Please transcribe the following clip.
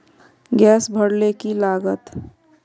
Gas भरले की लागत?